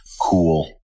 Cool